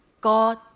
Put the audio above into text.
God